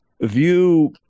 view